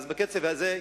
אז בקצב הזה,